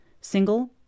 Single